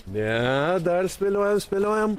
ne dar spėliojam spėliojam